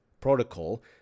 protocol